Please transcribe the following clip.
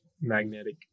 magnetic